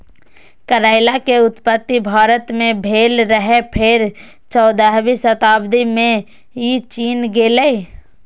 करैला के उत्पत्ति भारत मे भेल रहै, फेर चौदहवीं शताब्दी मे ई चीन गेलै